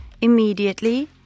immediately